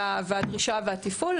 הדרישה והתפעול,